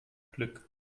glück